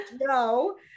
No